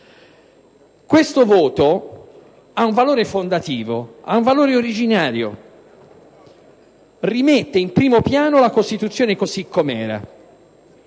Questo voto ha un valore fondativo, un valore originario: esso rimette in primo piano la Costituzione così com'era